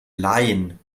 leihen